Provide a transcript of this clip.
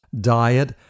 diet